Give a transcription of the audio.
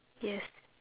yes